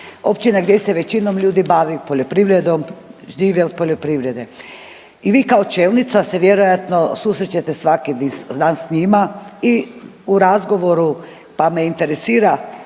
općina gdje se većinom ljudi bavi poljoprivredom, žive od poljoprivrede i vi kao čelnica se vjerojatno susrećete svaki dan s njima i u razgovoru pa me interesira